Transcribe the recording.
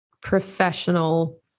professional